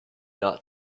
not